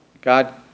God